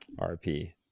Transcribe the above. RP